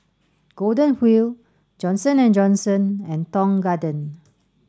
Golden Wheel Johnson and Johnson and Tong Garden